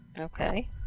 Okay